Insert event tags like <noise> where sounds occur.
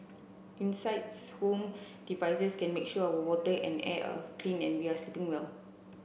insides home devices can make sure our water and air are <unintelligible> clean and we are sleeping well